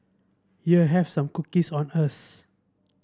here have some cookies on us